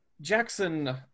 Jackson